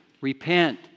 Repent